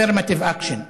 Affirmative Action,